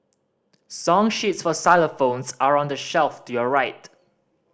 song sheets for xylophones are on the shelf to your right